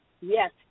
Yes